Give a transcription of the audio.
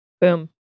Boom